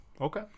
Okay